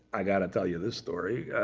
i got to tell you this story.